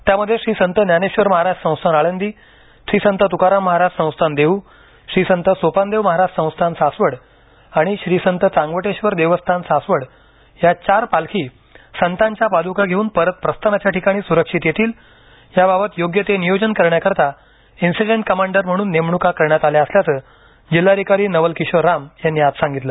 त्यामध्ये श्री संत ज्ञानेश्वर महाराज संस्थान आळंदी श्री संत तुकाराम महाराज संस्थान देहू श्री संत सोपानदेव महाराज संस्थान सासवड आणि श्री संत चांगवटेश्वर देवस्थान सासवड या चार पालखी संतांच्या पादका घेऊन परत प्रस्थानाच्या ठिकाणी स्रक्षित येतील याबाबत योग्य ते नियोजन करण्याकरीता इन्सीडेंट कमांडर म्हणून नेमण्का करण्यात आल्या असल्याचं जिल्हाधिकारी नवल किशोर राम यांनी आज सांगितलं